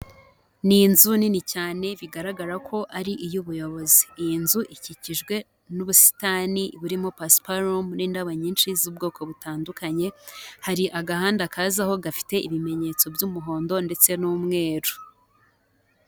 Ni inzu nini cyane bigaragara ko ari iy'ubuyobozi, iyi nzu ikikijwe n'ubusitani burimo pasiparumu n'indabo nyinshi z'ubwoko butandukanye, hari agahanda kazaho gafite ibimenyetso by'umuhondo ndetse n'umweru.